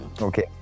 Okay